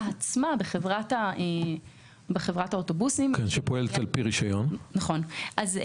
בחברת האוטובוסים עצמה,